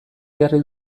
jarri